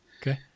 okay